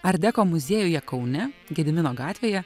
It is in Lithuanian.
art deko muziejuje kaune gedimino gatvėje